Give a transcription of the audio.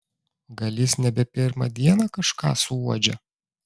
gal jis nebe pirmą dieną kažką suuodžia